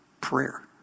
prayer